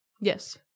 Yes